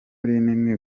rinini